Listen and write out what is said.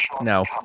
No